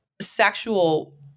sexual